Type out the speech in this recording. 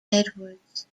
edwards